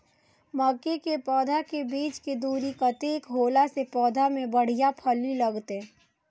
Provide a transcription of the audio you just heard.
मके के पौधा के बीच के दूरी कतेक होला से पौधा में बढ़िया फली लगते?